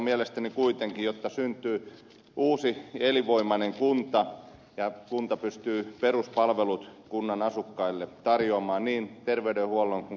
jotta kuntaliitosten yhteydessä syntyy uusi elinvoimainen kunta ja kunta pystyy peruspalvelut kunnan asukkaille tarjoamaan niin terveydenhuollon kuin